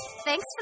thanks